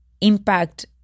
impact